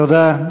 תודה.